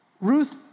ruth